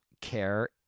care